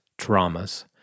traumas